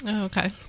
okay